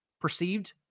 perceived